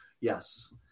Yes